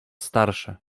starsze